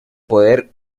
poder